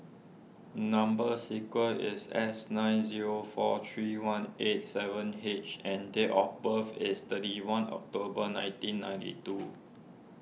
Number Sequence is S nine zero four three one eight seven H and date of birth is thirty one October nineteen ninety two